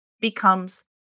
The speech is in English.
becomes